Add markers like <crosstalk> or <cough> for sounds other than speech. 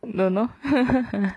don't know <laughs>